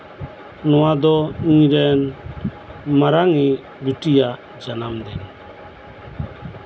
ᱱᱚᱶᱟ ᱫᱚ ᱤᱧ ᱨᱮᱱ ᱢᱟᱨᱟᱝ ᱤᱪ ᱵᱤᱴᱤᱭᱟᱜ ᱡᱟᱱᱟᱢ ᱫᱤᱱ